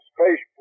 Space